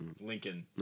lincoln